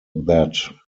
that